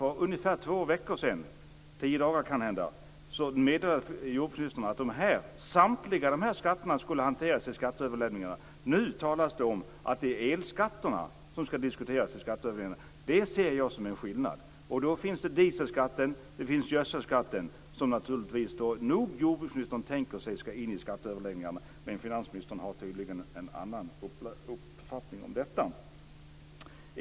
För ungefär två veckor sedan, eller kanhända för tio dagar sedan, meddelade jordbruksministern att samtliga dessa skatter skulle hanteras i skatteöverläggningarna. Nu talas det om att det är elskatterna som skall diskuteras i skatteöverläggningarna. Där ser jag en skillnad. Jag tänker då på dieselskatten och gödselskatten som nog jordbruksministern tänker sig skall in i skatteöverläggningarna. Men finansministern har tydligen en annan uppfattning om detta.